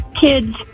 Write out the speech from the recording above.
kids